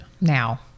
Now